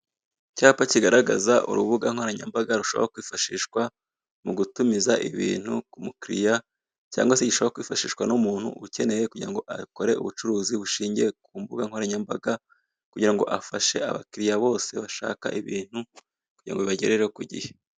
Icyapa kigaragaza urubuga nkoranyambaga rushobora kwifashishwa mu gutumiza ibintu ku mukiliya, cyangwa se gishobora kwifashishwa n'umuntu ukeneye kugira ngo akore ubucuruzi bushingiye ku mbuga nkoranyambaga, kugira ngo afashe abakiliya bose bashaka ibintu kugira ngo bibagerereho ku gihe.